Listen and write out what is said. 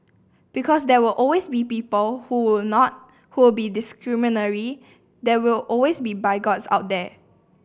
because there will always be people who will not who will be discriminatory there will always be bigots out there